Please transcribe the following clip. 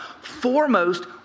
foremost